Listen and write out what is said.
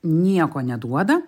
nieko neduoda